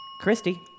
Christy